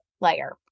layer